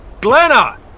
Glenna